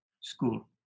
school